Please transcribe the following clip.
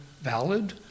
valid